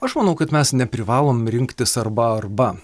aš manau kad mes neprivalom rinktis arba arba